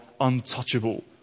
untouchable